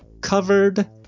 covered